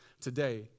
today